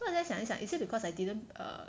then 我在想一想 is it because I didn't uh